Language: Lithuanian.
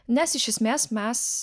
nes iš esmės mes